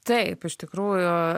taip iš tikrųjų